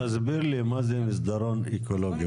תסביר לי מה זה מסדרון אקולוגי.